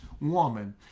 woman